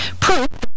Proof